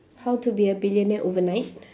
how to be a billionaire overnight